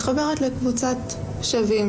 אנחנו מתמקדים בנושא ההתמכרויות,